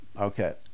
Okay